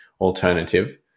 alternative